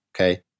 Okay